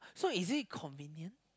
so is it convenient